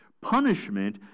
Punishment